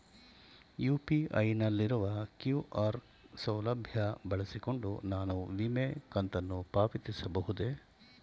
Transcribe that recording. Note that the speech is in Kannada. ಯು.ಪಿ.ಐ ನಲ್ಲಿರುವ ಕ್ಯೂ.ಆರ್ ಸೌಲಭ್ಯ ಬಳಸಿಕೊಂಡು ನಾನು ವಿಮೆ ಕಂತನ್ನು ಪಾವತಿಸಬಹುದೇ?